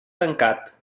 tancat